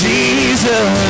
Jesus